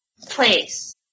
place